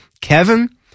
Kevin